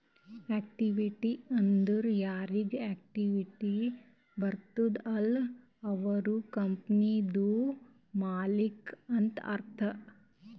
equity ಅಂದುರ್ ಯಾರಿಗ್ equity ಬರ್ತುದ ಅಲ್ಲ ಅವ್ರು ಕಂಪನಿದು ಮಾಲ್ಲಿಕ್ ಅಂತ್ ಅರ್ಥ